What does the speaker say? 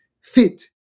fit